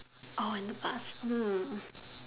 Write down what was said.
or in the past